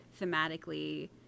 thematically